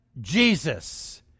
Jesus